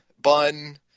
bun